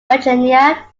virginia